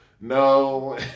no